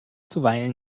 zuweilen